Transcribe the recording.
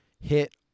hit